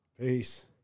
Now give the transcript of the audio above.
Peace